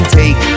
take